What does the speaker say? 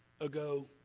ago